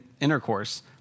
intercourse